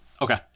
Okay